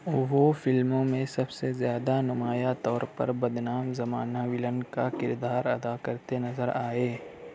وہ فلموں میں سب سے زیادہ نمایاں طور پر بدنام زمانہ ویلن کا کردار ادا کرتے نظر آئے